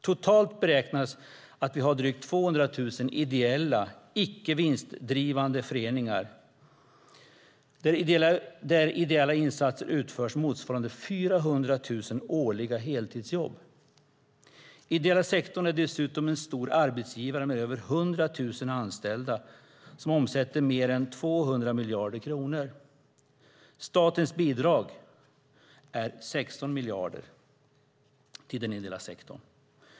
Totalt beräknas att vi har drygt 200 000 ideella icke vinstdrivande föreningar, där ideella insatser utförs motsvarande 400 000 årliga heltidsjobb. Den ideella sektorn är dessutom en stor arbetsgivare med över 100 000 anställda som omsätter mer än 200 miljarder kronor. Statens bidrag till den ideella sektorn är 16 miljarder.